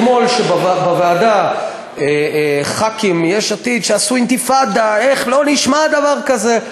כשאתמול בוועדה חברי כנסת מיש עתיד עשו אינתיפאדה: לא נשמע דבר כזה,